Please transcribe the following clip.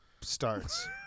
starts